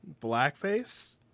blackface